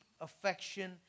affection